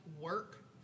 work